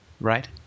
right